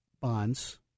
bonds